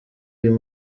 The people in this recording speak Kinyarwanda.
uyu